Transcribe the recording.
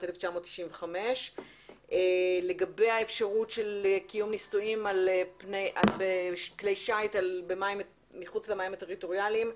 1995. לגבי האפשרות של קיום נישואים בכלי שיט מחוץ למים הטריטוריאליים,